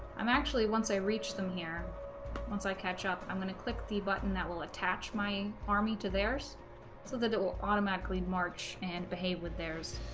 i'm actually once i reach them here once i catch up i'm gonna click the button that will attach my army to theirs so that it will automatically march and behave with theirs